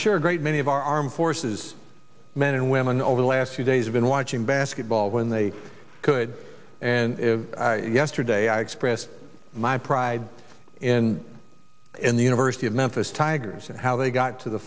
sure a great many of our armed forces men and women over the last few days have been watching basketball when they could and yesterday i expressed my pride in in the university of memphis tigers and how they got to the